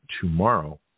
tomorrow